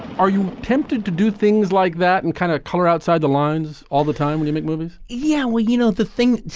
are you tempted to do things like that and kind of color outside the lines all the time when you make movies? yeah, well, you know, the thing